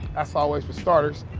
that's always for starters.